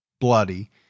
bloody